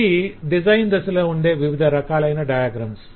ఇవి డిజైన్ దశలో ఉండే వివిధ రకాలైన డయాగ్రమ్స్